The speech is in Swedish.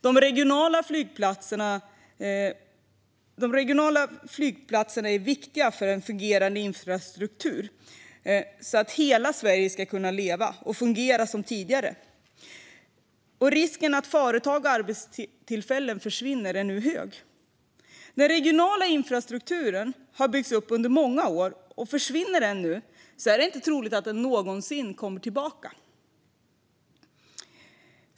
De regionala flygplatserna är viktiga för en fungerande infrastruktur, så att hela Sverige ska kunna leva och fungera som tidigare. Risken att företag och arbetstillfällen försvinner är nu hög. Den regionala infrastrukturen har byggts upp under många år. Försvinner den nu är det inte troligt att den någonsin kommer tillbaka.